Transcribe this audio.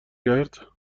کرد